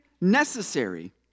necessary